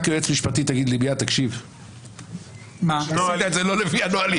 כיועץ משפטי תגיד לי שעשיתי את זה לא לפי הנהלים?